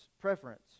preference